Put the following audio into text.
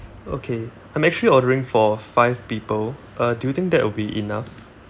okay I'm actually ordering for five people uh do you think that will be enough